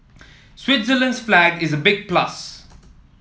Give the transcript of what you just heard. Switzerland's flag is a big plus